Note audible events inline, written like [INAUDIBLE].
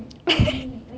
[LAUGHS]